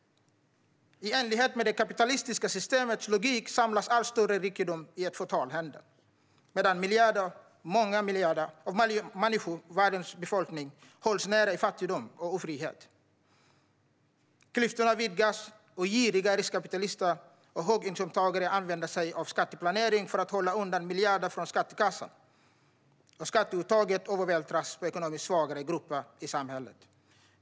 I enlighet med det kapitalistiska systemets logik samlas allt större rikedomar i ett fåtal händer, medan miljarder av världens befolkning hålls nere i fattigdom och ofrihet. Klyftorna vidgas, och giriga riskkapitalister och höginkomsttagare använder sig av skatteplanering för att hålla undan miljarder från skattekassan. Skatteuttaget övervältras på ekonomiskt svagare grupper i samhället.